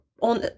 on